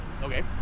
Okay